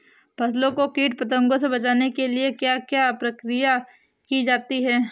फसलों को कीट पतंगों से बचाने के लिए क्या क्या प्रकिर्या की जाती है?